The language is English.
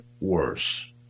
worse